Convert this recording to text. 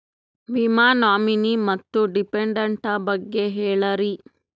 ವಿಮಾ ನಾಮಿನಿ ಮತ್ತು ಡಿಪೆಂಡಂಟ ಬಗ್ಗೆ ಹೇಳರಿ?